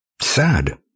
Sad